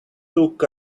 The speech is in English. took